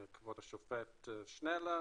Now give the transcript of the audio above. כבוד השופט שנלר,